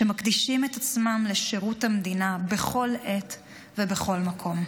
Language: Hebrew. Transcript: שמקדישים את עצמם לשירות המדינה בכל עת ובכל מקום.